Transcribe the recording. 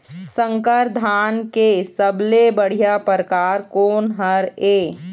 संकर धान के सबले बढ़िया परकार कोन हर ये?